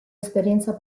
esperienza